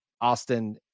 Austin